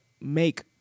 make